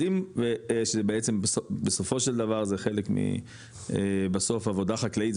אז אם שזה בעצם בסופו של דבר זה חלק מעבודה חקלאית,